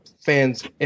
fans